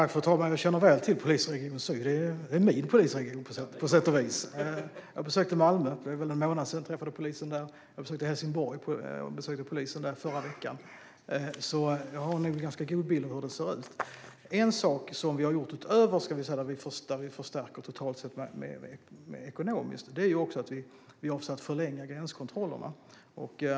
Fru talman! Jag känner väl till Polisregion syd. Det är min polisregion på sätt och vis. Jag besökte Malmö och träffade polisen där för en månad sedan. Jag besökte polisen i Helsingborg i förra veckan. Jag har nog en ganska god bild av hur det ser ut. En sak som vi har gjort utöver att förstärka ekonomiskt är att vi har försökt förlänga gränskontrollerna.